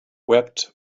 wept